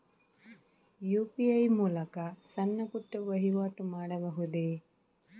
UPI ಮೂಲಕ ಸಣ್ಣ ಪುಟ್ಟ ವಹಿವಾಟು ಮಾಡಬಹುದೇ?